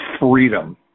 freedom